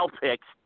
picks